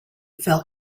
fell